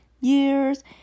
years